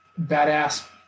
badass